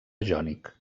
jònic